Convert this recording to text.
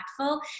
impactful